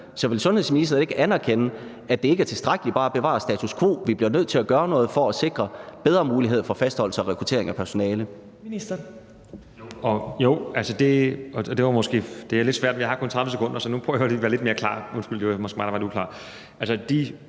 Så vil sundhedsministeren ikke anerkende, at det ikke er tilstrækkeligt bare at bevare status quo, men at vi bliver nødt til at gøre noget for at sikre en bedre mulighed for fastholdelse og rekruttering af personale?